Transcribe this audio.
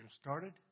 started